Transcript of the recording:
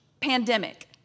pandemic